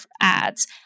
ads